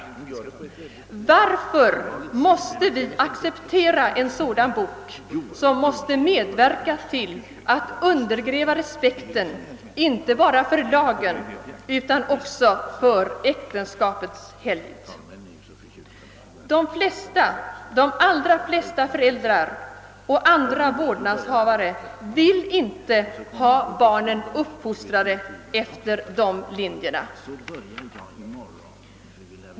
Varför måste vi acceptera en sådan bok som måste medverka till att undergräva respekten inte bara för lagen utan också för äktenskapets helgd? De flesta, de allra flesta föräldrar och andra vårdnadshavare, vill inte ha barnen uppfostrade efter de linjerna.